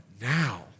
now